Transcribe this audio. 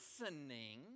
listening